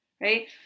right